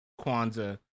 Kwanzaa